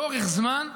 לאורך זמן,